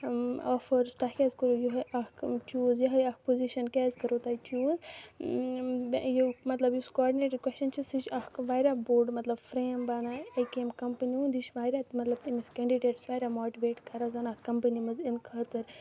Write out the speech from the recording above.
آفٲرٕس تۄہہ کیازِ کوٚرُو یِہے اکھ چوٗز یِہے اکھ پُوٚزِشن کیازِ کٔروٕ تۄہہِ چوٗز بیٚیہِ مطلب یُس کاڈنیٹر کوسچن چھُ سُہ چھُ اکھ واریاہ بوٚڑ مطلب فریم بَنان أکۍ ییٚمہِ کَمپٔنۍ ہُند یہِ چھُ واریاہ مطلب أکِس أمِس کینڈِڈیٹَس مطلب ماٹِویٹ کران زَن اَتھ کَمپٔنۍ منٛز یِنہٕ خٲطرٕ